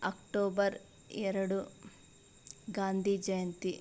October ಎರಡು ಗಾಂಧಿ ಜಯಂತಿ